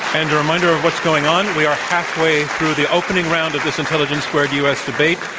and a reminder of what's going on, we are halfway through the opening round of this intelligence squared u. s. debate.